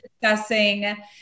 discussing